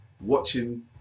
watching